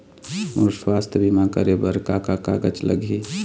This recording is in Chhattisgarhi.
मोर स्वस्थ बीमा करे बर का का कागज लगही?